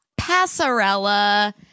Passarella